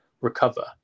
recover